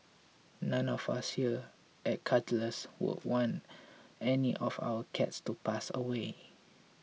none of us here at Cuddles would want any of our cats to pass away